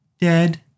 dead